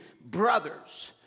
brothers